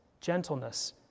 gentleness